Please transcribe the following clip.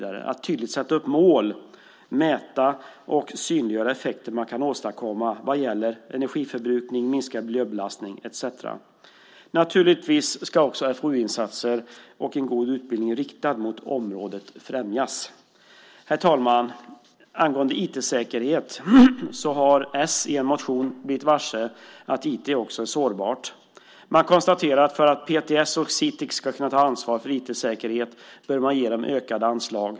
Det gäller att tydligt sätta upp mål, mäta och synliggöra effekter som man kan åstadkomma vad gäller energiförbrukning, minskad miljöbelastning etcetera. Naturligtvis ska också FoU-insatser och en god utbildning riktad mot området främjas. Herr talman! Angående IT-säkerhet har s i en motion blivit varse att IT också är sårbart. Man konstaterar att man bör ge PTS och Sitic ökade anslag för att de ska kunna ta ansvar för IT-säkerhet.